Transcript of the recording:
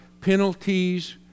penalties